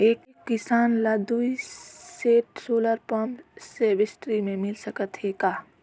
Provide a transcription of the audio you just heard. एक किसान ल दुई सेट सोलर पम्प सब्सिडी मे मिल सकत हे का?